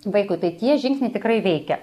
vaikui tai tie žingsniai tikrai veikia